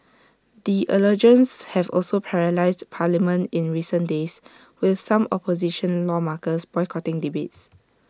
the allegations have also paralysed parliament in recent days with some opposition lawmakers boycotting debates